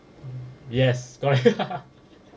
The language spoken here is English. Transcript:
yes correct